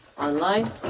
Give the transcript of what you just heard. online